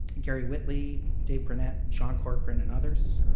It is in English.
gary witley, dave burnett, sean corcran and others.